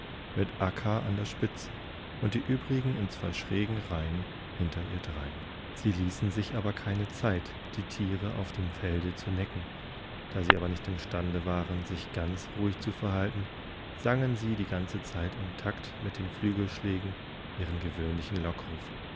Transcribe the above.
instrengerordnung mitakka an der spitze und die übrigen in zwei schrägen reihen hinter ihr drein sie ließen sich keine zeit die tiere auf dem felde zu necken da sie aber nicht imstande waren sich ganz ruhig zu verhalten sangen sie die ganze zeit im taktmitdenflügelschlägenihrengewöhnlichenlockruf wobistdu hier